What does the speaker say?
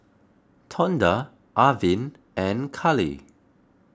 Tonda Arvin and Karlee